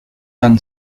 penn